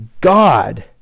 God